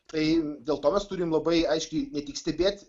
tai dėl to mes turim labai aiškiai ne tik stebėti